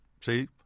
See